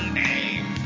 name